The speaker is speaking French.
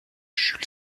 jules